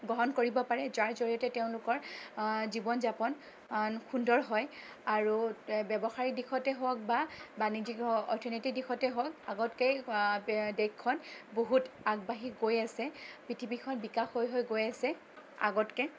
গ্ৰহণ কৰিব পাৰে যাৰ জৰিয়তে তেওঁলোকৰ জীৱন যাপন সুন্দৰ হয় আৰু ব্যৱসায়িক দিশতে হওঁক বা বাণিজ্যিক অ অৰ্থনৈতিক দিশতে হওঁক আগতকৈ দেশখন বহুত আগবাঢ়ি গৈ আছে পৃথিৱীখন বিকাশ হৈ হৈ গৈ আছে আগতকৈ